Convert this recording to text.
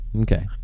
Okay